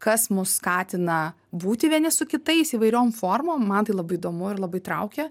kas mus skatina būti vieni su kitais įvairiom formom man tai labai įdomu ir labai traukia